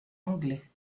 anglais